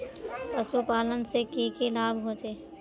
पशुपालन से की की लाभ होचे?